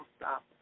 stop